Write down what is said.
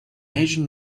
asian